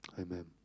Amen